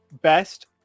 best